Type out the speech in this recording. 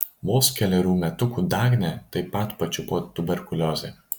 vos kelerių metukų dagnę taip pat pačiupo tuberkuliozė